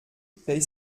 paie